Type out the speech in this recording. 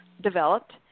developed